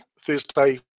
thursday